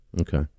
Okay